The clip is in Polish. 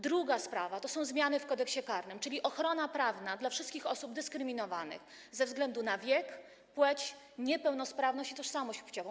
Druga sprawa to są zmiany w Kodeksie karnym, czyli ochrona prawna wszystkich osób dyskryminowanych ze względu na wiek, płeć, niepełnosprawność i tożsamość płciową.